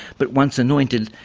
but, once anointed,